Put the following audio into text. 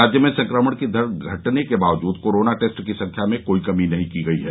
राज्य में संक्रमण की दर घटने के बावजूद कोरोना टेस्ट की संख्या में कोई कमी नहीं की गई है